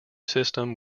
system